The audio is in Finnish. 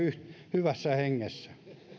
hyvässä hengessä